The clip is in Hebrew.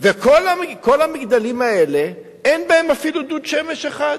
וכל המגדלים האלה, אין בהם אפילו דוד שמש אחד.